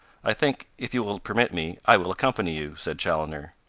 i think, if you will permit me, i will accompany you, said chaloner.